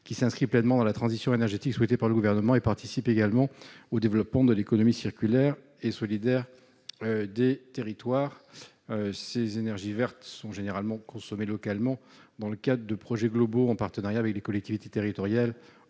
qui s'inscrit pleinement dans la transition énergétique souhaitée par le Gouvernement, et qui participe également au développement de l'économie circulaire et solidaire des territoires. Ces énergies vertes sont généralement consommées localement dans le cadre de projets globaux, en partenariat avec des collectivités territoriales